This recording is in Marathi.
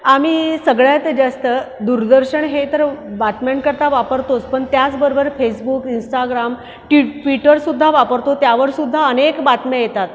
आम्ही सगळ्यात जास्त दूरदर्शन हे तर बातम्यांकरता वापरतोच पण त्याचबरोबर फेसबुक इंस्टाग्राम ट्वीट ट्विटरसुद्धा वापरतो त्यावरसुद्धा अनेक बातम्या येतात